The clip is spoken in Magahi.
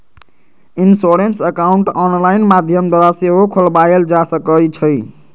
इंश्योरेंस अकाउंट ऑनलाइन माध्यम द्वारा सेहो खोलबायल जा सकइ छइ